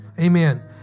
Amen